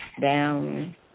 down